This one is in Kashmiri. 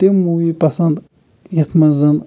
تِم موٗوی پَسنٛد یَتھ منٛز زَن